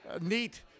neat